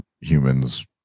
humans